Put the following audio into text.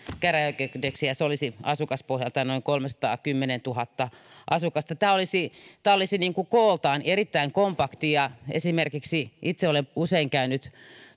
käräjäoikeudeksi se olisi asukaspohjaltaan noin kolmesataakymmentätuhatta asukasta tämä olisi tämä olisi kooltaan erittäin kompakti ja esimerkiksi itse olen usein käynyt